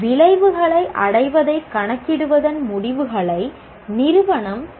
விளைவுகளை அடைவதைக் கணக்கிடுவதன் முடிவுகளை நிறுவனம் பயன்படுத்துகிறது